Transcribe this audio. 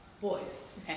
boys